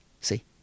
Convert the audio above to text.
see